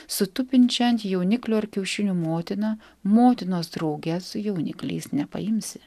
su tupinčia ant jauniklio ar kiaušinių motina motinos drauge su jaunikliais nepaimsi